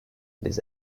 this